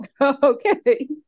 Okay